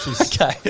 Okay